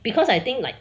because I think like